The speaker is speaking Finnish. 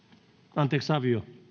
arvoisa